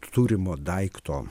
turimo daikto